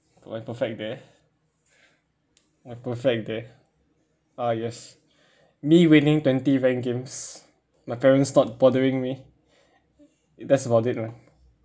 oh my perfect day my perfect day ah yes me willing twenty ranked games my parents not bothering me that's about it lah